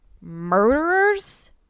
Murderers